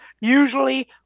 Usually